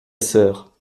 sœur